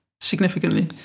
significantly